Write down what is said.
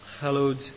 hallowed